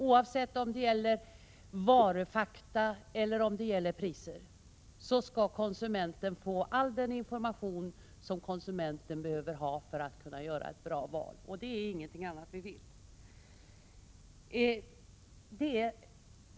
Oavsett om det gäller varufakta eller priser skall konsumenten få all den information som behövs för att han eller hon skall kunna göra ett bra val — och vi vill ingenting hellre.